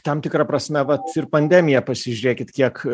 tam tikra prasme vat ir pandemija pasižiūrėkit kiek